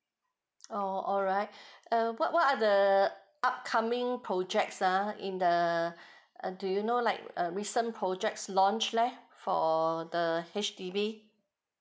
orh alright uh what what are the upcoming projects uh in the err do you know like err recent projects launch leh for the H_D_B